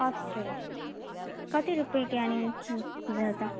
अस्तु कति रूप्यकाणि जातम्